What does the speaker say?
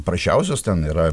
prasčiausios ten yra